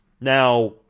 Now